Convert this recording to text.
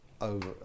over